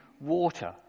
water